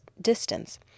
distance